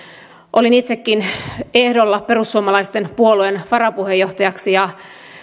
olin itsekin ehdolla perussuomalaisten puolueen varapuheenjohtajaksi ja